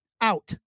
out